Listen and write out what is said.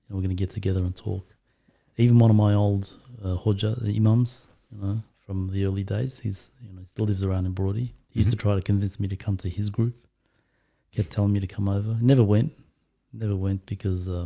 we're gonna get together and talk even one of my old hodja imams from the early days. he's the lives around abroad. he used to try to convince me to come to his group kept telling me to come over i never went never went because